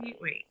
Wait